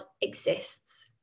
exists